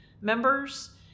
members